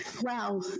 Wow